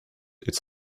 its